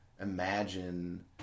imagine